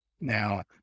now